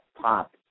pop